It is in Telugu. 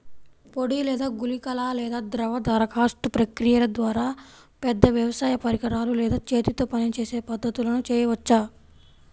పొడి లేదా గుళికల లేదా ద్రవ దరఖాస్తు ప్రక్రియల ద్వారా, పెద్ద వ్యవసాయ పరికరాలు లేదా చేతితో పనిచేసే పద్ధతులను చేయవచ్చా?